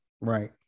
right